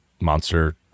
monster